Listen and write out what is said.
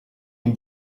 une